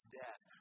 death